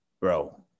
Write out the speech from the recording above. Bro